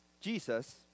Jesus